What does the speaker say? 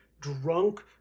drunk